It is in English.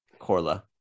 Corla